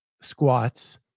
squats